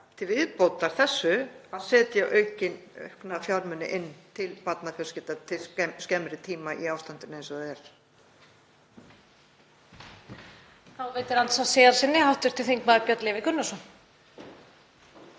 til viðbótar þessu, að setja aukna fjármuni til barnafjölskyldna til skemmri tíma í ástandinu eins og það er.